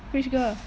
which girl